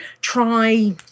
try